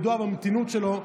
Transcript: ידוע במתינות שלו,